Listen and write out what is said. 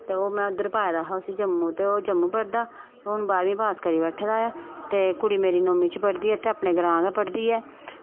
ते में उद्धर पाए दा हा उस्सी जम्मू ते ओह् जम्मू पढ़दा ते हून ओह् बारह्मीं पास करी बैठे दा ऐ ते कुड़ी मेरी नौमीं च पढ़दी ते अपने ग्रांऽ गै पढ़दी ऐ